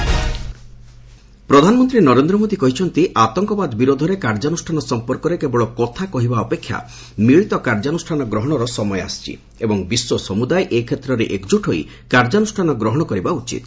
PM South Korea ପ୍ରଧାନମନ୍ତ୍ରୀ ନରେନ୍ଦ୍ର ମୋଦି କହିଛନ୍ତି ଆତଙ୍କବାଦ ବିରୋଧରେ କାର୍ଯ୍ୟାନୁଷ୍ଠାନ ସମ୍ପର୍କରେ କେବଳ କଥାକହିବା ଅପେକ୍ଷା ମିଳିତ କାର୍ଯ୍ୟାନୁଷ୍ଠାନ ଗ୍ରହଣର ସମୟ ଆସିଛି ଏବଂ ବିଶ୍ୱ ସମୁଦାୟ ଏ କ୍ଷେତ୍ରରେ ଏକଳୁଟ ହୋଇ କାର୍ଯ୍ୟାନୁଷ୍ଠାନ ଗ୍ରହଣ କରିବା ଉଚିତ୍